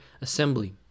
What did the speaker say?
assembly